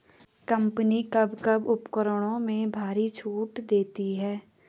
Company कब कब उपकरणों में भारी छूट देती हैं?